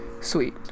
Sweet